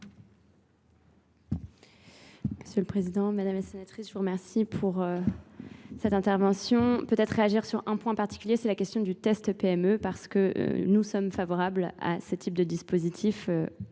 Monsieur le Président, Madame la Sénatrice, je vous remercie pour cette intervention. Peut-être réagir sur un point particulier, c'est la question du test PME, parce que nous sommes favorables à ce type de dispositif,